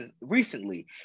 recently